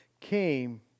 came